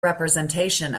representation